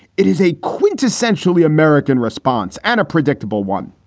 it is a quintessentially american response and a predictable one,